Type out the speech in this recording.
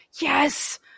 yes